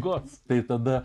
duoti tai tada